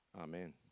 Amen